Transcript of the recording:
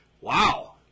wow